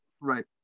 Right